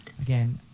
again